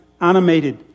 animated